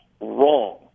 wrong